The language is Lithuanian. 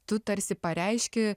tu tarsi pareiški